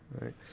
Right